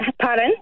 Pardon